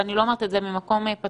ואני לא אומרת את זה ממקום פטרוני,